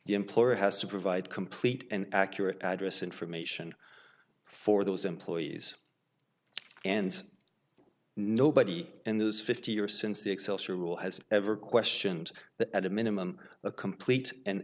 the employer has to provide complete and accurate address information for those employees and nobody in those fifty years since the excelsior rule has ever questioned that at a minimum a complete an